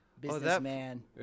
businessman